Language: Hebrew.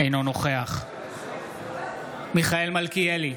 אינו נוכח מיכאל מלכיאלי,